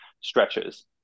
stretches